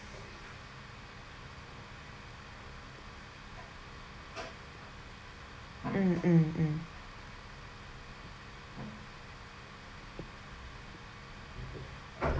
in in